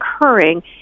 occurring